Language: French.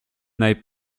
n’aille